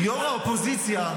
ראש האופוזיציה,